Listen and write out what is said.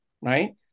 right